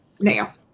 Now